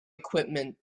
equipment